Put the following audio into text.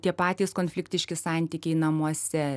tie patys konfliktiški santykiai namuose